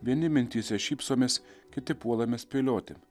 vieni mintyse šypsomės kiti puolame spėlioti